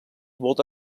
volta